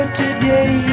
today